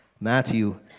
Matthew